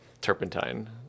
turpentine